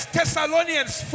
Thessalonians